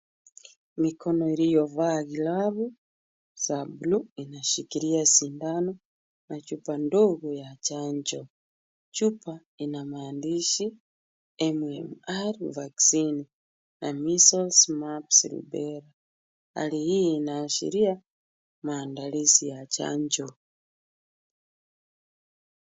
Mikono iliyovaa glavu za buluu inashikilia sindano na chupa ndogo ya chanjo. Chupa ina maandishi MMR VACCINE ya measles, mumps , rubella hali hii inaashiria maandalizi ya chanjo.